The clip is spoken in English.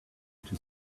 two